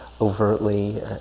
overtly